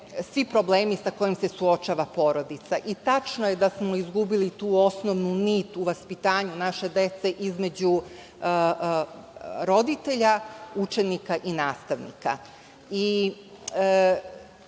svi problemi sa kojim se suočava porodica. Tačno je da smo izgubili tu osnovnu nit u vaspitanju naše dece između roditelja, učenika i nastavnika. Svakako